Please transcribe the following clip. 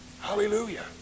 Hallelujah